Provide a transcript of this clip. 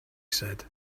said